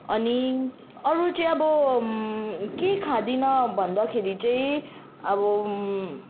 अनि अरू चाहिँ अब के खाँदिनँ भन्दाखेरि चाहिँ अब